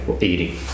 eating